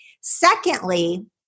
Secondly